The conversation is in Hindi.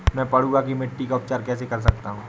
मैं पडुआ की मिट्टी का उपचार कैसे कर सकता हूँ?